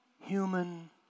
human